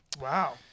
wow